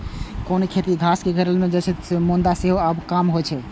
कौनी के खेती घासक रूप मे कैल जाइत रहै, मुदा सेहो आब कम होइ छै